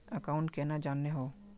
Account केना जाननेहव?